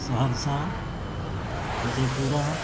Saharsa مدھے Pura